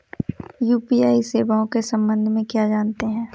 UPI सेवाओं के संबंध में क्या जानते हैं?